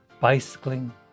bicycling